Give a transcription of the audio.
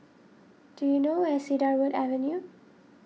do you know where is Cedarwood Avenue